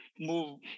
move